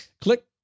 click